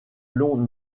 long